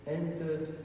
entered